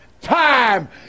time